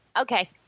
Okay